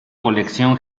colección